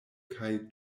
kaj